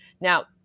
now